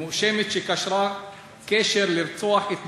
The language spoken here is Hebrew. מואשמת שקשרה קשר לרצוח את בעלה,